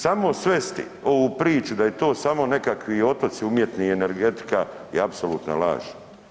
Samo svesti ovu priču, da je to samo nekakvi otoci umjetni, energetika je apsolutna laž.